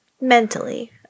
mentally